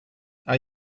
are